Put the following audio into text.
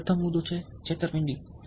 પ્રથમ મુદ્દો જે છેતરપિંડી છે